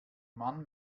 mann